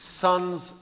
son's